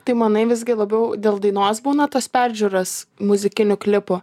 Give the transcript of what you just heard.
tai manai visgi labiau dėl dainos būna tos peržiūros muzikinių klipų